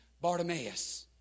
Bartimaeus